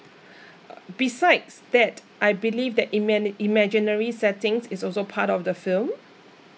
besides that I believe that ima~ imaginary settings is also part of the film